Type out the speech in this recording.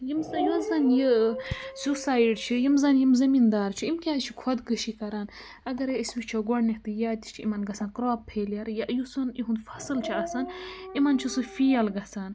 یِم زَن یُس زَن یہِ سوسایڈ چھِ یِم زَن یِم زٔمیٖندار چھِ یِم کیازِ چھِ خۄدکٔشی کَران اگرَے أسۍ وٕچھو گۄڈنٮ۪تھٕے یا تہِ چھِ اِمَن گژھان کرٛاپ فیلیر یا یُس زَن یِہُنٛد فَصٕل چھُ آسان اِمَن چھُ سُہ فیل گَژھان